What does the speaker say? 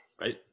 Right